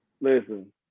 Listen